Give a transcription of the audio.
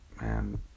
Man